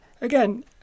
Again